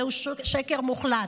זהו שקר מוחלט.